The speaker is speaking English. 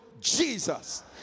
Jesus